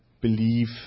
believe